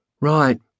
Right